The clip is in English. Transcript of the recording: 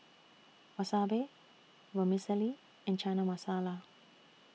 Wasabi Vermicelli and Chana Masala